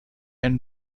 and